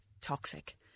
toxic